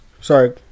sorry